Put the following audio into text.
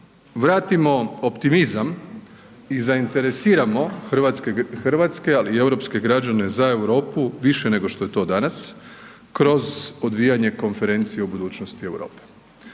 vratimo optimizam i zainteresiramo hrvatske, ali i europska građane za Europu više nego što je to danas kroz odvijanje Konferencije o budućnosti Europe.